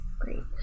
Great